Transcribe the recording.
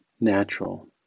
natural